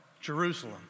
Jerusalem